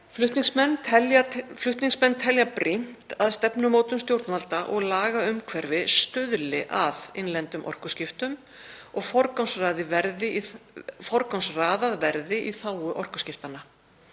tillögunnar telja brýnt að stefnumótun stjórnvalda og lagaumhverfi stuðli að innlendum orkuskiptum og að forgangsraðað verði í þágu orkuskipta.